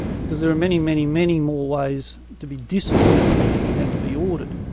because there are many, many, many more ways to be disordered than to be ordered.